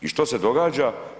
I što se događa?